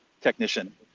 technician